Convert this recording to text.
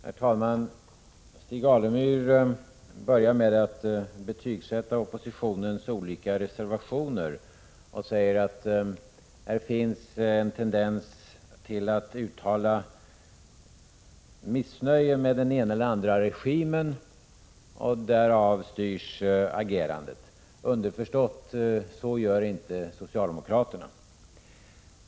Herr talman! Stig Alemyr började med att betygsätta oppositionens olika reservationer. Han sade att det finns en tendens till att uttala missnöje med den ena eller den andra regimen och låta agerandet styras av detta. Underförstått: Så gör inte socialdemokraterna.